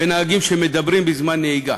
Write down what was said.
בנהגים שמדברים בזמן נהיגה,